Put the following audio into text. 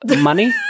money